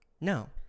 No